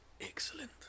Excellent